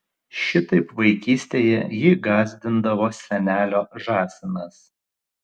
šitaip vaikystėje jį gąsdindavo senelio žąsinas